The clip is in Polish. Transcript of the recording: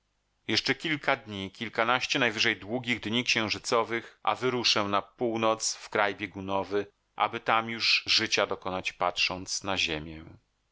jeszcze kilka dni kilkanaście najwyżej długich dni księżycowych a wyruszę na północ w kraj biegunowy aby tam już życia dokonać patrząc na ziemię